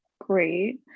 great